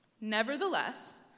Nevertheless